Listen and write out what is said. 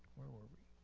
where were we?